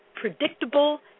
predictable